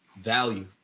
value